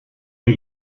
but